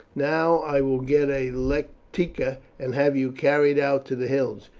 now i will get a lectica and have you carried out to the hills.